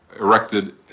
erected